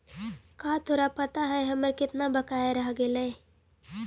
का तोरा पता हवअ हमर केतना बकाया रह गेलइ